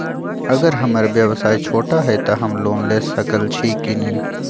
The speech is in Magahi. अगर हमर व्यवसाय छोटा है त हम लोन ले सकईछी की न?